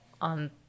on